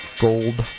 gold